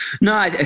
No